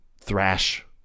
thrash